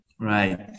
Right